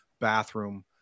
bathroom